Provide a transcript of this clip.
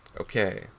Okay